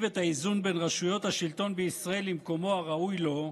את האיזון בין רשויות השלטון בישראל למקומו הראוי לו,